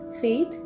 Faith